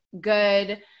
good